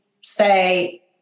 say